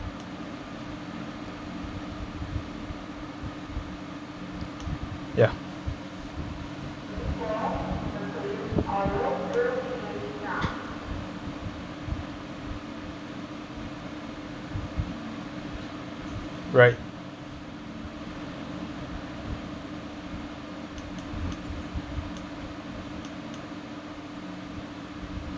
ya right